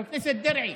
חבר הכנסת דרעי,